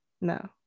No